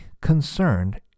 concerned